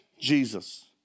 Jesus